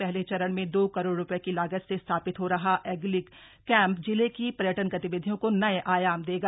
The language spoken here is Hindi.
पहले चरण में दो करोड़ रुपये की लागत से स्थापित हो रहा एंगलिंग कैम्प जिले की पर्यटन गतिविधियों को नए आयाम देगा